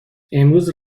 امروز